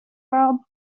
bob